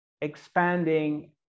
expanding